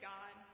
God